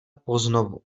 poznovu